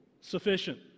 sufficient